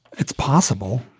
it's possible.